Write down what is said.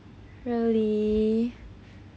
really